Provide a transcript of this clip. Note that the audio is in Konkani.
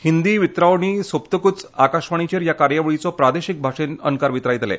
हिंदी वितरावणी सोपतकूच आकाशवाणीचेर ह्या कार्यावळीचो प्रादेशीक भाशेन अणकार वितरायतले